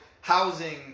housing